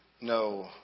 no